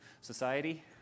society